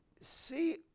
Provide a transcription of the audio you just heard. see